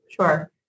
Sure